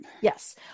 Yes